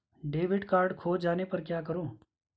Debit card खो जाने पर क्या करूँ?